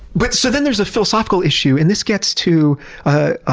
but, so then there's a philosophical issue, and this gets to ah ah